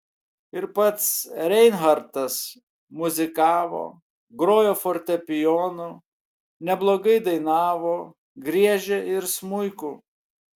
ir pats reinhartas muzikavo grojo fortepijonu neblogai dainavo griežė ir smuiku